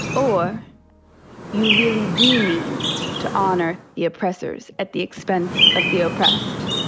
or you really do mean to honor the oppressors at the expense of the oppressed